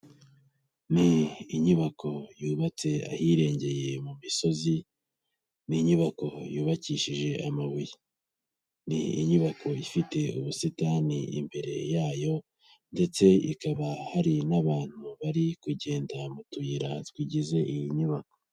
Ni inyubako yubatse ahirengeye mu misozi, ni inyubako yubakishije amabuye, ni inyubako ifite ubusitani imbere yayo, ndetse ikaba hari n'abantu bari kugenda mu tuyira tugize iyi nyubako.